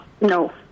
no